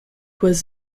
was